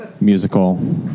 musical